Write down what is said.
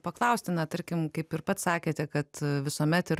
paklausti na tarkim kaip ir pats sakėte kad visuomet ir